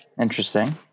Interesting